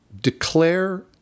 declare